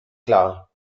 klar